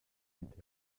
dit